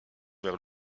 vers